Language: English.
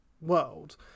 world